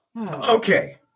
Okay